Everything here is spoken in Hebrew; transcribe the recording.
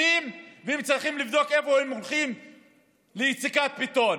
וצריכים לבדוק איפה הם הולכים לעשות יציקת בטון.